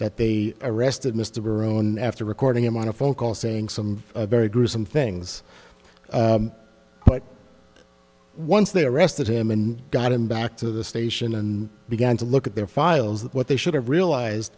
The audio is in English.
that they arrested mr barone after recording him on a phone call saying some very gruesome things but once they arrested him and got him back to the station and began to look at their files that what they should have realized